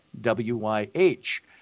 W-Y-H